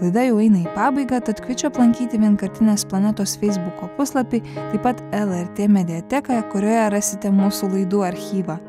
laida jau eina į pabaigą tad kviečiu aplankyti vienkartinės planetos feisbuko puslapį taip pat lrt mediatekoje kurioje rasite mūsų laidų archyvą